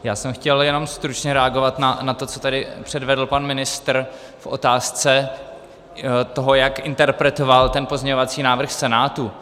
Já jsem chtěl jenom stručně reagovat na to, co tady předvedl pan ministr v otázce toho, jak interpretoval ten pozměňovací návrh Senátu.